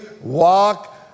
walk